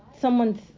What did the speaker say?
someone's